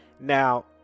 now